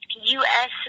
U-S